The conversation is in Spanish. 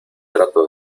trato